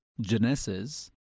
Genesis